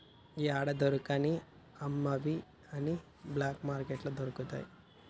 యాడా దొరకని అమ్మనివి అన్ని బ్లాక్ మార్కెట్లో దొరుకుతయి